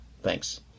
Thanks